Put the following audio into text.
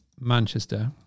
Manchester